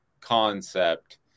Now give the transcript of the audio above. concept